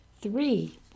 Three